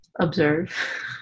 observe